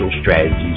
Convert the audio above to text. Strategies